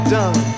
done